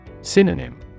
Synonym